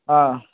ಹಾಂ